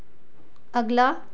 अगला